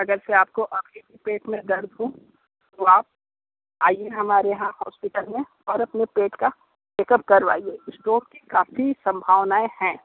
अगर से आपको अभी भी पेट में दर्द हो तो आप आइए हमारे यहाँ हॉस्पिटल में और अपने पेट का चेकप करवाइए स्टोन की काफ़ी सम्भावनाएँ हैं